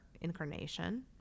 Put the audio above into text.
incarnation